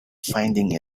finding